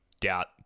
doubt